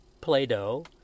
Play-Doh